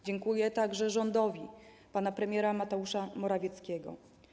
Dziękuję także rządowi pana premiera Mateusza Morawieckiego.